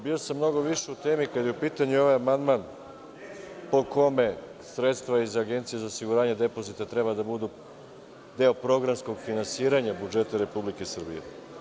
Bio sam mnogo više u temi kada je u pitanju ovaj amandman po kome sredstva iz Agencije za osiguranje depozita treba da budu deo programskog finansiranja budžeta Republike Srbije.